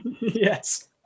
Yes